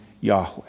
Yahweh